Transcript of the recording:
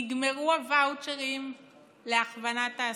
נגמרו הוואוצ'רים להכוונה תעסוקתית,